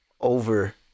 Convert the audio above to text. over